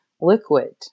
liquid